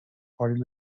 party